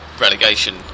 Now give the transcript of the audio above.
relegation